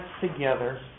together